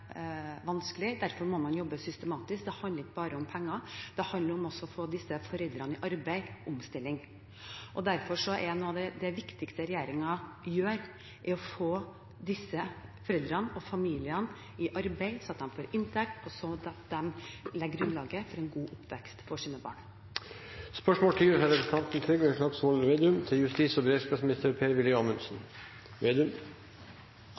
vanskelig. Derfor må man jobbe systematisk. Det handler ikke bare om penger. Det handler også om å få foreldrene i arbeide og om omstilling. Derfor er noe av det viktigste regjeringen gjør, å få disse foreldrene og familiene i arbeid så de får inntekt for å legge grunnlaget for en god oppvekst for sine barn. Jeg har stilt følgende spørsmål til justis- og